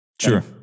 Sure